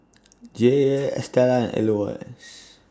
Jaye Estella and Elois